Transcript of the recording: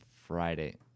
Friday